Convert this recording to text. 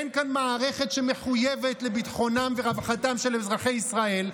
אין כאן מערכת שמחויבת לביטחונם ורווחתם של אזרחי ישראל,